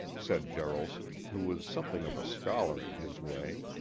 said jaralson, who was something of a scholar in his way.